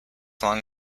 long